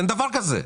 אין דבר כזה.